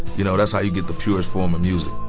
you know that's how you get the purest form of music.